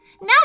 Now